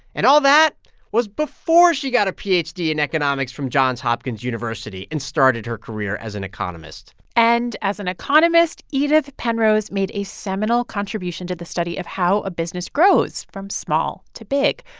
and all that was before she got a ph d. in economics from johns hopkins university and started her career as an economist and as an economist, edith penrose made a seminal contribution to the study of how a business grows from small to big.